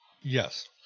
Yes